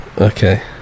Okay